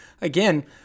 again